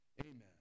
Amen